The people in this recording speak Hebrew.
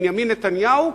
בנימין נתניהו,